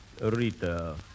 Rita